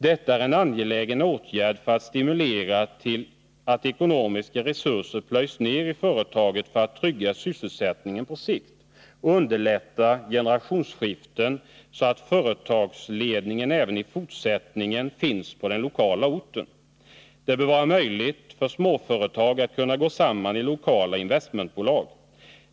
Detta är en angelägen åtgärd för att stimulera till att ekonomiska resurser plöjs ner i företaget för att trygga sysselsättningen på sikt och underlätta generationsskiften, så att företagsledningen även i fortsättningen finns på den lokala orten. Det bör vara möjligt för småföretag att gå samman i lokala investmentbolag.